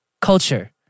culture